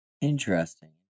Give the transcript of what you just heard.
Interesting